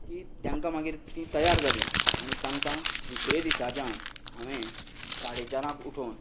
की तांकां मागीर तीं तयार जालीं आनी तांकां दुसरे दिसाच्यान हांवें साडे चारांक उठोवन